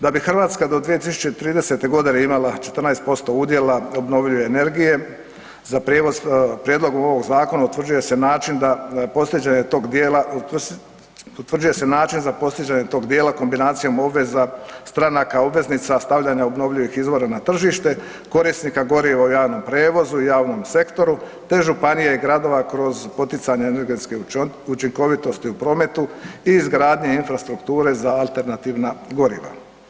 Da bi Hrvatska do 2030. godine imala 14% udjela obnovljive energije za prijevoz, prijedlogom ovog zakona utvrđuje se način da postizanje tog dijela, utvrđuje se način za postizanje tog dijela kombinacijom obveza stranaka obveznica stavljanja obnovljivih izvora na tržište korisnika goriva u javnom prijevozu i javnom sektoru te županija i gradova kroz poticanje energetske učinkovitosti u prometu i izgradnje infrastrukture za alternativna goriva.